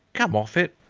come off it!